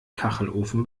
kachelofen